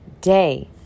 day